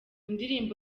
ndirimbo